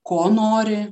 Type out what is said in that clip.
ko nori